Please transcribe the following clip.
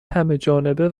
همهجانبه